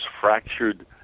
fractured